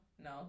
No